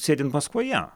sėdint maskvoje